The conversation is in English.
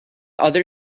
other